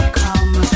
come